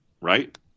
right